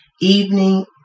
evening